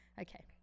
Okay